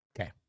Okay